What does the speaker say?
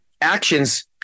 actions